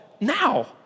now